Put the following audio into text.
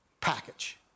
package